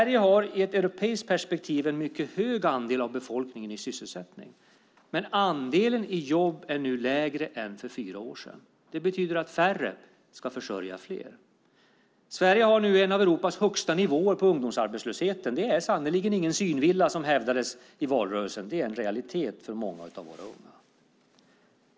I ett europeiskt perspektiv har Sverige en mycket stor andel av befolkningen i sysselsättning. Men andelen i jobb är nu mindre än för fyra år sedan. Det betyder att färre ska försörja fler. Sverige har nu en av Europas högsta nivåer beträffande ungdomsarbetslösheten. Det är sannerligen ingen synvilla, som hävdades i valrörelsen, utan det är en realitet för många av våra unga.